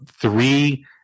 three